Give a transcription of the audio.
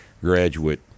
graduate